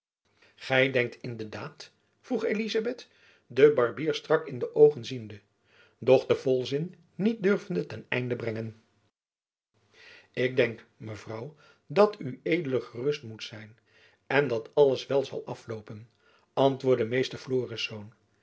gy denkt in de daad vroeg elizabeth den barbier strak in de oogen ziende doch den volzin niet durvende ten einde brengen ik denk mevrouw dat ued gerust moet zijn en dat alles wel zal afloopen antwoordde meester